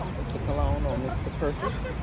mr. colon or mr. persis?